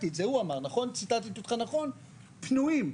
פנויים.